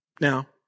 Now